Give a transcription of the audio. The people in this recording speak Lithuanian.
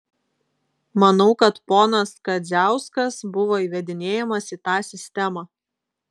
manau kad ponas kadziauskas buvo įvedinėjamas į tą sistemą